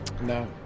No